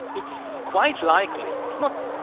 it's quite likely. it's not,